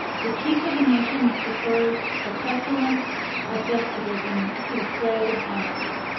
the chief of a nation that prefers the pestilence of despotism to the plague of anarchy.